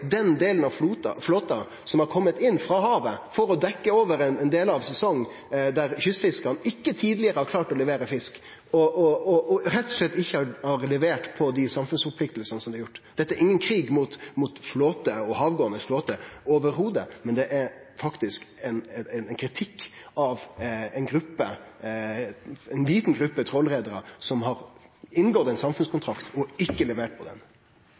den delen av flåten som er komen inn frå havet for å dekkje delar av ein sesong der kystfiskarane tidlegare ikkje har klart å levere fisk og rett og slett ikkje har levert på dei samfunnsforpliktingane dei har. Dette er ingen krig mot havgåande flåtar i det heile, det er ein kritikk av ei lita gruppe trålarreiarar som har inngått ein samfunnskontrakt og ikkje